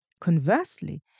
Conversely